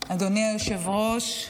אדוני היושב-ראש,